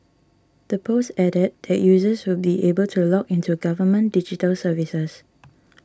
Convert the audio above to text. the post added that users will be able to log into government digital services